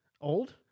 Old